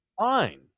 fine